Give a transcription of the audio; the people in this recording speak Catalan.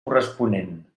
corresponent